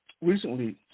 recently